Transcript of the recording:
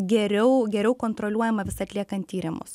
geriau geriau kontroliuojama vis atliekant tyrimus